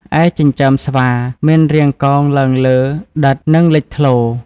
ឯ ចិញ្ចើមស្វា មានរាងកោងឡើងលើ ដិត និងលេចធ្លោ។